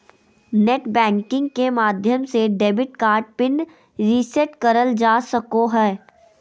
net banking के माध्यम से डेबिट कार्ड पिन रीसेट करल जा सको हय